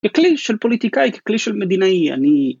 כלי של פוליטיקאי ככלי של מדינאי אני.